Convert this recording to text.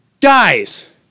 Guys